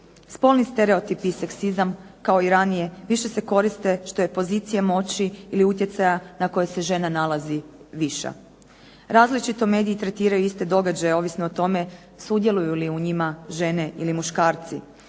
Spolni stereotip i seksizam, kao i ranije više se koriste što je pozicija moći ili utjecaja na kojoj se žena nalazi viša. Različito mediji tretiraju iste događaje ovisno o tome sudjeluju li u njima žene ili muškarci.